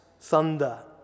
thunder